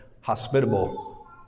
hospitable